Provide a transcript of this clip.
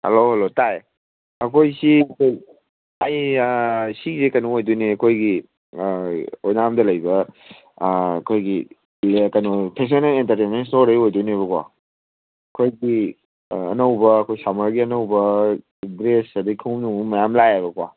hello hello ꯇꯥꯏ ꯑꯩꯈꯣꯏꯁꯤ ꯑꯩ ꯁꯤꯁꯦ ꯀꯩꯅꯣ ꯑꯣꯏꯗꯣꯏꯅꯦ ꯑꯩꯈꯣꯏꯒꯤ ꯑꯣꯏꯅꯥꯝꯗ ꯂꯩꯕ ꯑꯩꯈꯣꯏꯒꯤ ꯀꯩꯅꯣ ꯐꯦꯁꯟ ꯑꯦꯟ ꯑꯦꯟꯇꯔꯇꯦꯟꯃꯦꯟ ꯏꯁꯇꯣꯔꯗꯒꯤ ꯑꯣꯏꯗꯣꯏꯅꯦꯕꯀꯣ ꯑꯩꯈꯣꯏꯒꯤ ꯑꯅꯧꯕ ꯑꯩꯈꯣꯏ ꯁꯝꯃꯔꯒꯤ ꯑꯅꯧꯕ ꯗ꯭ꯔꯦꯁ ꯑꯗꯒꯤ ꯈꯣꯡꯉꯨꯞ ꯅꯣꯡꯉꯨꯞ ꯃꯌꯥꯝ ꯂꯥꯛꯑꯦꯕꯀꯣ